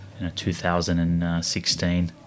2016